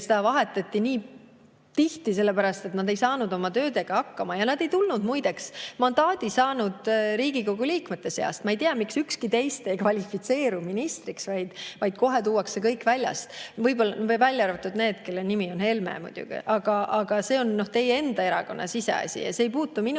keda tihti vahetati, sest nad ei saanud oma tööga hakkama. Nad ei tulnud, muideks, mandaadi saanud Riigikogu liikmete seast. Ma ei tea, miks ükski teist ei kvalifitseeru ministriks, vaid kohe tuuakse kõik väljast. Võib-olla välja arvatud need, kelle nimi on Helme, muidugi. Aga see on teie erakonna siseasi ja see ei puutu minusse,